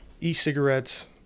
e-cigarettes